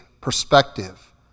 perspective